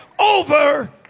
Over